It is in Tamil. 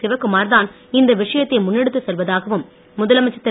சிவக்குமார்தான் இந்த விஷயத்தை முன்னெடுத்து செல்வதாகவும் முதலமைச்சர் திரு